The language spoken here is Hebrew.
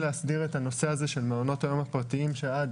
להסדיר את הנושא הזה של מעונות היום הפרטיים שעד